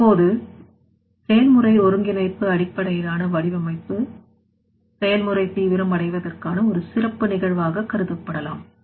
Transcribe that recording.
இப்போது செயல் முறை ஒருங்கிணைப்பு அடிப்படையிலான வடிவமைப்பு செயல்முறை தீவிரம் அடைவதற்கான ஒரு சிறப்பு நிகழ்வாக கருதப்படலாம்